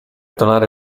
tornare